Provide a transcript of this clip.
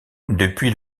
depuis